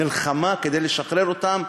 נלחמה כדי לשחרר אותם,